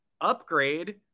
upgrade